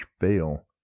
fail